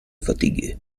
fatigué